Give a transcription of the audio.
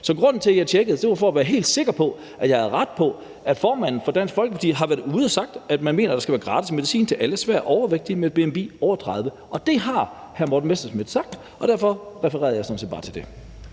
Så grunden til, jeg tjekkede, var for at være helt sikker på, at jeg havde ret i, at formanden for Dansk Folkeparti har været ude og sige, at man mener, der skal være gratis medicin til alle svært overvægtige med et bmi over 30. Det har hr. Morten Messerschmidt sagt, og derfor refererede jeg sådan set bare til det.